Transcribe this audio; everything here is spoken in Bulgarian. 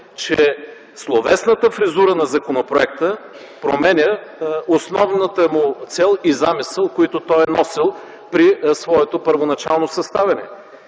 че словесната фризура на законопроекта променя основната му цел и замисъл, които е носил при своето първоначално съставяне.